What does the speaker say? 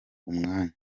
umwanya